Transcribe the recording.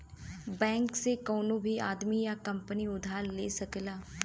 bank से कउनो भी आदमी या कंपनी उधार ले सकला